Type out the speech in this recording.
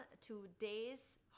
today's